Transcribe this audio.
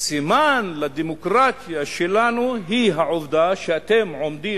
סימן לדמוקרטיה שלנו הוא העובדה שאתם עומדים